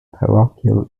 parochial